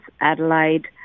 Adelaide